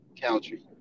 Country